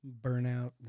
burnout